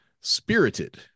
spirited